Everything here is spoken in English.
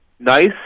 nice